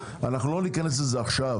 לא ניכנס לזה עכשיו.